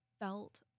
felt